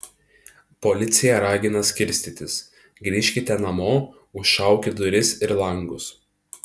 policija ragina skirstytis grįžkite namo užšaukit duris ir langus